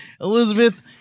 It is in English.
Elizabeth